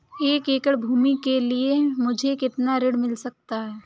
एक एकड़ भूमि के लिए मुझे कितना ऋण मिल सकता है?